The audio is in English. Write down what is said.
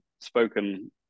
spoken